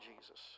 Jesus